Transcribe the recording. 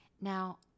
Now